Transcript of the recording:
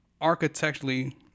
architecturally